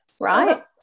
right